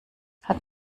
hat